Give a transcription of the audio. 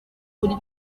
buri